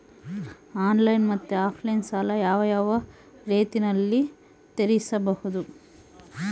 Online ಮತ್ತೆ offline ಸಾಲ ಯಾವ ಯಾವ ರೇತಿನಲ್ಲಿ ತೇರಿಸಬಹುದು?